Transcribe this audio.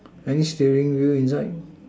any steering wheels inside